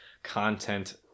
Content